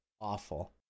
awful